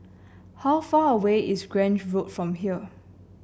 how far away is Grange Road from here